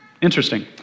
Interesting